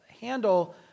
handle